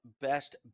best